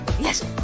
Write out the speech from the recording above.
Yes